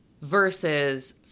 versus